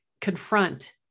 confront